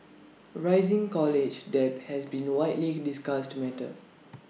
rising college debt has been A widely discussed matter